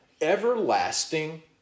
everlasting